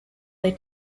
they